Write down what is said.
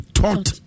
taught